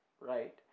right